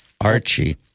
Archie